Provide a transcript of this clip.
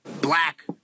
black